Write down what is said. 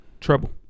trouble